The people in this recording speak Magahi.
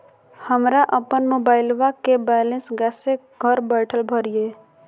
हमरा अपन मोबाइलबा के बैलेंस कैसे घर बैठल भरिए?